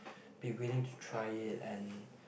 be willing to try it and